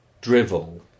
drivel